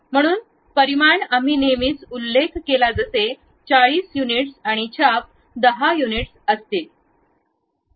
म्हणून परिमाण आम्ही नेहमीच उल्लेख केला जसे 40 युनिट्स आणि चाप 10 युनिट्स असतील